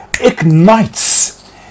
ignites